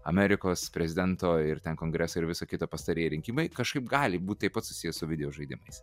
amerikos prezidento ir ten kongreso ir visa kita pastarieji rinkimai kažkaip gali būt taip pat susiję su videožaidimais